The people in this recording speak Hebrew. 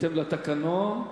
בהתאם לתקנון.